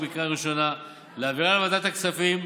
בקריאה ראשונה ולהעבירה לוועדת הכספים,